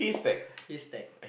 haystack